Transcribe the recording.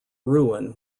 ruin